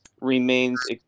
remains